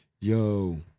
yo